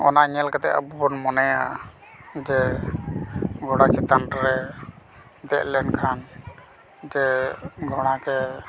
ᱚᱱᱟ ᱧᱮᱞ ᱠᱟᱛᱮ ᱟᱵᱚ ᱵᱚᱱ ᱢᱚᱱᱮᱭᱟ ᱡᱮ ᱜᱷᱚᱲᱟ ᱪᱮᱛᱟᱱ ᱨᱮ ᱫᱮᱡ ᱞᱮᱱᱠᱷᱟᱱ ᱡᱮ ᱜᱷᱚᱲᱟ ᱜᱮ